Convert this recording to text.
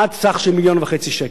עד סך של מיליון וחצי שקל.